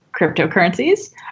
cryptocurrencies